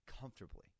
Comfortably